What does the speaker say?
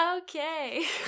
Okay